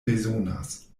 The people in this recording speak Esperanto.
bezonas